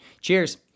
Cheers